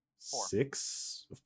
Six